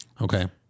Okay